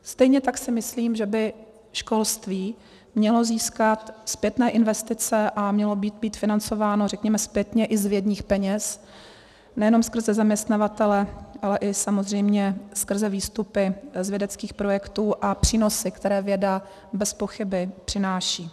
Stejně tak si myslím, že by školství mělo získat zpětné investice a mělo by být financováno zpětně i z vědních peněz, ne jenom skrze zaměstnavatele, ale i samozřejmě skrze výstupy z vědeckých projektů a přínosy, které věda bezpochyby přináší.